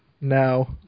No